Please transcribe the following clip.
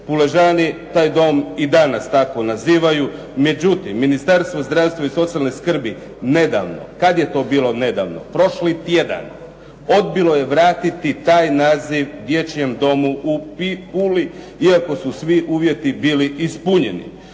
Puležani taj dom i danas tako nazivaju. Međutim, Ministarstvo zdravstva i socijalne skrbi nedavno, kad je to bilo nedavno, prošli tjedan, odbilo je vratiti taj naziv dječjem domu u Puli iako su svi uvjeti bili ispunjeni.